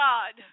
God